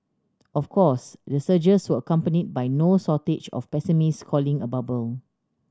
of course the surges were accompanied by no shortage of pessimists calling a bubble